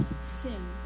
sin